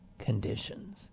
Conditions